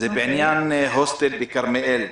בעניין הוסטל בכרמיאל.